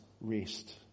rest